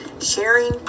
sharing